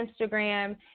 Instagram